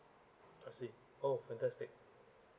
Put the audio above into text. I see oh fantastic